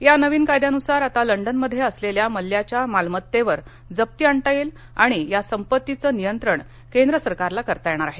या नवीन कायद्यानुसार आता लंडनमध्ये असलेल्या मल्ल्याच्या मालमत्तेवर जप्ती आणता येईल आणि या संपत्तीचं नियंत्रण केंद्र सरकारला करता येणार आहे